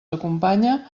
acompanya